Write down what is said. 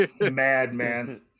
madman